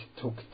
took